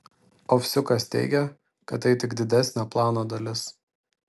ovsiukas teigia kad tai tik didesnio plano dalis